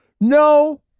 No